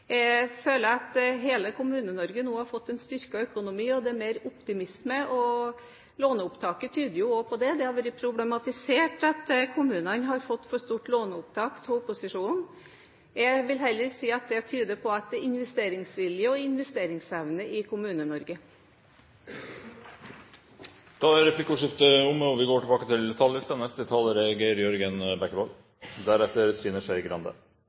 Jeg føler at hele Kommune-Norge nå har fått en styrket økonomi og det er mer optimisme, låneopptaket tyder også på det. Det har vært problematisert av opposisjonen at kommunene har fått for stort låneopptak. Jeg vil heller si at det tyder på at det er investeringsvilje og investeringsevne i Kommune-Norge. Replikkordskiftet er omme. Kristelig Folkeparti legger til grunn at politiske beslutninger skal tas på lavest mulig hensiktsmessig nivå. Dette forutsetter at maktfordeling og finansiering er slik at både kommuner og